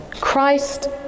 Christ